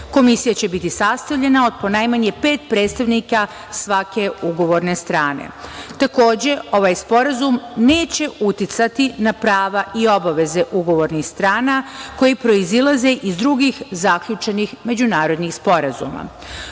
Komisija će biti sastavljena od po najmanje pet predstavnika svake ugovorne strane. Takođe, ovaj sporazum neće uticati na prava i obaveze ugovornih strana koje proizilaze iz drugih zaključenih međunarodnih sporazuma.